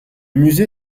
musée